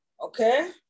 Okay